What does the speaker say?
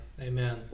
amen